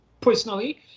personally